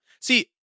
See